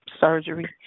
surgery